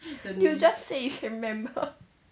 you just said you can't remember